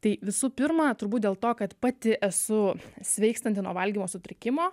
tai visų pirma turbūt dėl to kad pati esu sveikstanti nuo valgymo sutrikimo